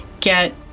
get